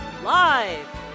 Live